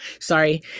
Sorry